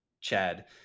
Chad